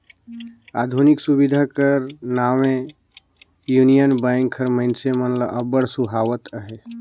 आधुनिक सुबिधा कर नावें युनियन बेंक हर मइनसे मन ल अब्बड़ सुहावत अहे